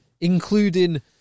including